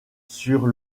sur